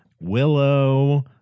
Willow